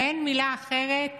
ואין מילה אחרת